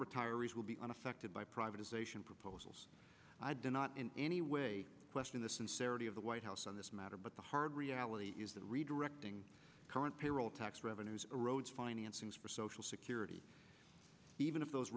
retirees will be unaffected by privatization proposals do not in any way question the sincerity of the white house on this matter but the hard reality is that redirecting current payroll tax revenues erodes financings for social security even if those